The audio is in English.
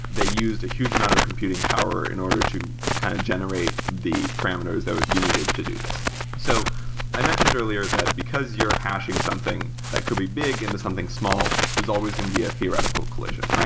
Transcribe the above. they used a huge amount of computing power in order to kind of generate the parameters that would be needed to do this so i mentioned earlier that because your hashing something, that could be big into something small. there's always going to be a theoretical collision.